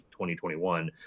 2021